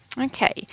okay